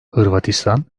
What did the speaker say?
hırvatistan